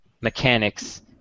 mechanics